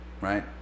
right